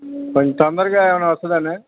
కొంత తొందరగా ఏమైనా వస్తుందా అండి